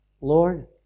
Lord